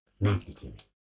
magnitude